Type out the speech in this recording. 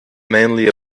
mainly